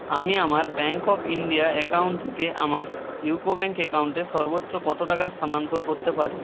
আমি আমার bank of India account থেকে আমার ইউকো ব্যাঙ্ক অ্যাকাউন্টে সর্বোচ্চ কত টাকা স্থানান্তর করতে পারি